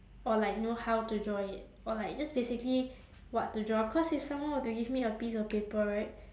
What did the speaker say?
or like you know how to draw it or like just basically what to draw cause if someone were to give me a piece of paper right